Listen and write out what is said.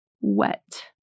wet